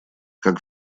как